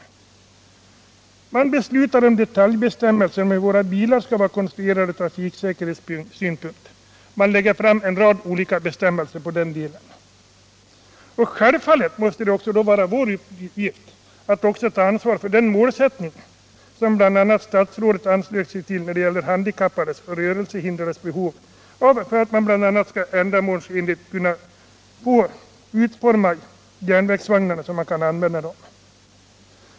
Man fattar beslut om en rad detaljbestämmelser om hur våra bilar skall vara konstruerade ur trafiksäkerhetssynpunkt. Självfallet måste det då också vara vår uppgift att ta ansvar för den målsättning som bl.a. statsrådet anslöt sig till när det gäller handikappades och rörelsehindrades behov av en ändamålsenlig utformning av järnvägsvagnarna.